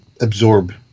absorb